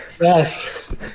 Yes